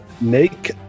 make